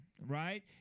right